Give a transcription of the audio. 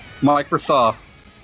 Microsoft